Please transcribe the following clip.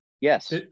Yes